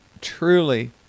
truly